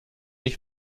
ich